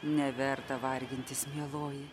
neverta vargintis mieloji